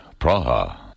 Praha